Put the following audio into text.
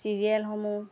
চিৰিয়েলসমূহ